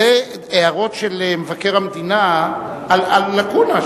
אלה הערות של מבקר המדינה על לקונה,